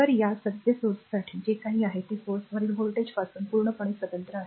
तर या सद्य स्त्रोतासाठी जे काही आहे ते स्त्रोतावरील व्होल्टेज पासून पूर्णपणे स्वतंत्र आहे